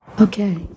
Okay